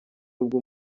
ubwo